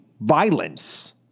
violence